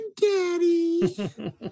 Daddy